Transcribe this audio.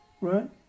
Right